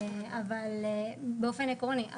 אבל באופן עקרוני.